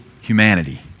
humanity